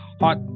hot